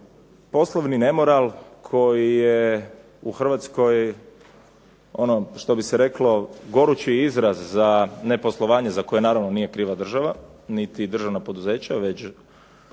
poslovni nemoral koji je u Hrvatskoj ono što bi se reklo gorući izraz za neposlovanje, za koje naravno nije kriva država, niti državna poduzeća, već